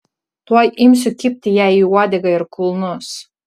tuoj imsiu kibti jai į uodegą ir kulnus